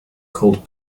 called